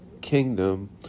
kingdom